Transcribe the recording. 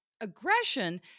aggression